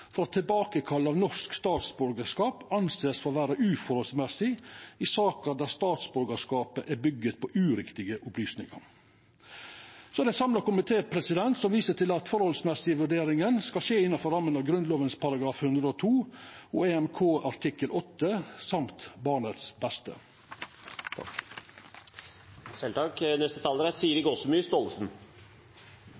for at tilbakekall av norsk statsborgarskap vert sett som uforholdsmessig i saker der statsborgarskapet er bygt på uriktige opplysningar. Det er ein samla komité som viser til at forholdsmessigvurderinga skal skje innanfor rammene av Grunnloven § 102 og EMK artikkel 8, og barnets beste. Dette lovforslaget, som kommunalkomiteen har hatt til behandling i høst, er